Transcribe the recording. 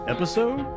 Episode